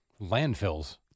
Landfills